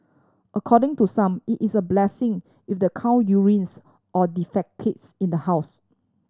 according to some it is a blessing if the cow urinates or defecates in the house